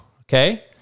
okay